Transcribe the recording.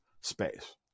space